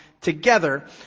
together